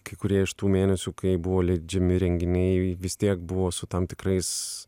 kai kurie iš tų mėnesių kai buvo leidžiami renginiai vis tiek buvo su tam tikrais